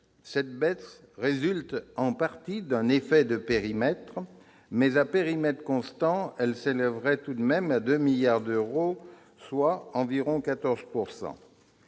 cette baisse résulte en partie d'un effet de périmètre. Néanmoins, à périmètre constant, elle s'élèverait tout de même à 2 milliards d'euros, soit une